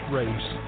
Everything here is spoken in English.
race